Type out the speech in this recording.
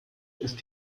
ist